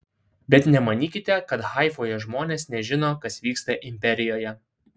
bet nemanykite kad haifoje žmonės nežino kas vyksta imperijoje